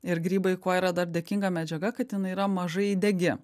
ir grybai kuo yra dar dėkinga medžiaga kad jinai yra mažai degi